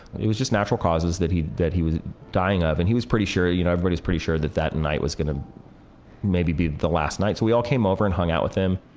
it was just natural causes that he that he was dying of, and he was pretty sure you know, everybody's pretty sure that that night was going to maybe be the last night. so we all came over and hung out with him.